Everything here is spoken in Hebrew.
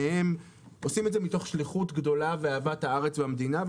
עושים את זה מתוך שליחות גדולה ואהבת הארץ והמדינה.